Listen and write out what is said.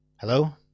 Hello